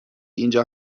اینجا